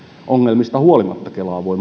ongelmista huolimatta kelaa voi